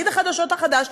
לתאגיד החדשות החדש,